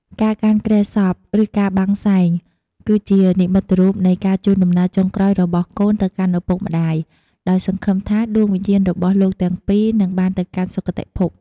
ការកាន់គ្រែសព ឬការបាំងសែង គឺជានិមិត្តរូបនៃការជូនដំណើរចុងក្រោយរបស់កូនទៅកាន់ឪពុកម្តាយ ដោយសង្ឃឹមថាដួងវិញ្ញាណរបស់លោកទាំងពីរនឹងបានទៅកាន់សុគតិភព។